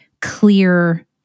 clear